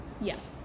Yes